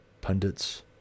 pundits